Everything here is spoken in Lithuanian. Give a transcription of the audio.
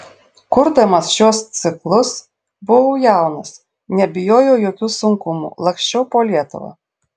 kurdamas šiuos ciklus buvau jaunas nebijojau jokių sunkumų laksčiau po lietuvą